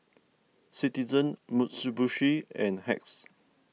Citizen Mitsubishi and Hacks